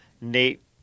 Nate